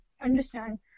understand